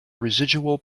residual